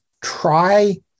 try